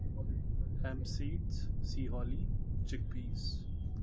ham seeds سیہلی chickpeas